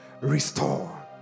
restore